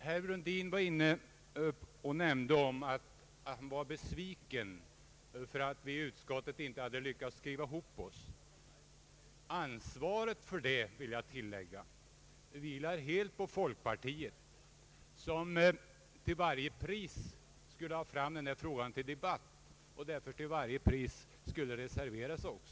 Herr Brundin var besviken över att vi i utskottet inte hade lyckats skriva ihop oss. Ansvaret för det vilar helt på folkpartiet, som till varje pris skulle ha fram denna fråga till debatt och också till varje pris skulle reservera sig.